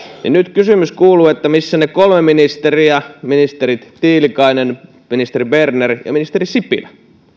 nyt kysymys kuuluu että missä ne kolme ministeriä ministeri tiilikainen ministeri berner ja ministeri sipilä